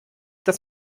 das